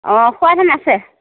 অ খোৱা ধান আছে